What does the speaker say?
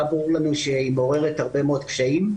ברור לנו שהיא מעוררת הרבה מאוד קשיים,